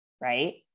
right